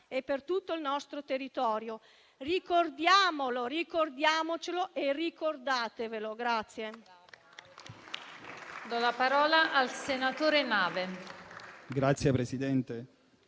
e per tutto il nostro territorio. Ricordiamolo, ricordiamocelo e ricordatevelo.